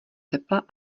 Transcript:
tepla